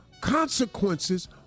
consequences